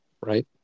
right